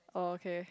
oh okay